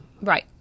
Right